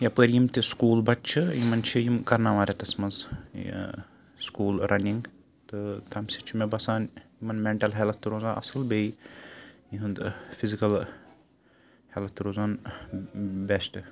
یَپٲرۍ یِم تہِ سُکوٗل بَچہٕ چھِ یِمَن چھِ یِم کَرناوان ریٚتَس منٛز یہِ سُکوٗل رَنِنٛگ تہٕ تَمہِ سۭتۍ چھُ مےٚ باسان یِمَن میٚنٹَل ہیٚلٕتھ تہِ روزان اصٕل بیٚیہِ یِہُنٛد ٲں فِزِکَل ہیٚلٕتھ تہِ روزان بیٚسٹہٕ